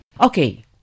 Okay